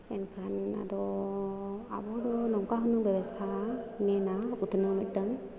ᱮᱱᱠᱷᱟᱱ ᱟᱫᱚ ᱟᱵᱚ ᱫᱚ ᱱᱚᱝᱠᱟ ᱦᱩᱱᱟᱹᱝ ᱵᱮᱵᱚᱥᱛᱷᱟ ᱢᱮᱱᱟ ᱩᱛᱱᱟᱹᱣ ᱢᱤᱫᱴᱟᱝ